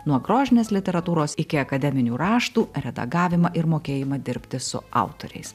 nuo grožinės literatūros iki akademinių raštų redagavimą ir mokėjimą dirbti su autoriais